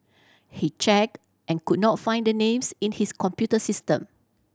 he check and could not find the names in his computer system